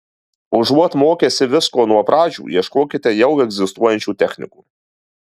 užuot mokęsi visko nuo pradžių ieškokite jau egzistuojančių technikų